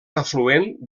afluent